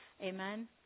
Amen